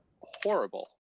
horrible